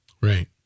Right